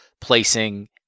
placing